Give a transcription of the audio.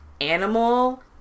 animal